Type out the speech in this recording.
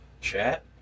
Chat